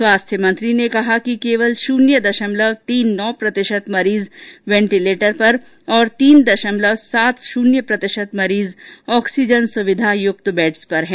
स्वास्थ्य मंत्री ने कहा कि केवल शून्य दशमलव तीन नौ प्रतिशत मरीज वेटिलेटर पर और तीन दशमलव सात शून्य प्रतिशत मरीज ऑक्सीजन सुविधायुक्त बिस्तरों पर हैं